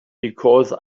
because